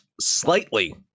slightly